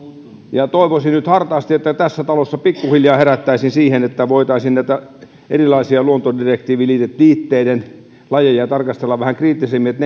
toivoisin nyt hartaasti että tässä salissa pikkuhiljaa herättäisiin siihen että voitaisiin näitä erilaisia luontodirektiiviliitteiden lajeja tarkastella vähän kriittisemmin että